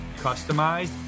customized